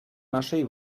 naszej